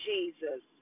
Jesus